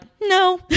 no